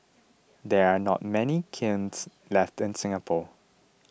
there are not many kilns left in Singapore